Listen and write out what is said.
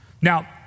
Now